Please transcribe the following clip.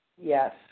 Yes